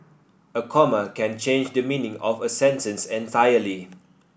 a comma can change the meaning of a sentence entirely